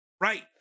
Right